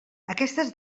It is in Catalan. aquestes